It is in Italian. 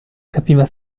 capiva